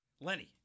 Lenny